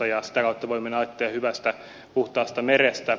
sitä kautta voimme nauttia hyvästä puhtaasta merestä